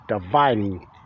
dividing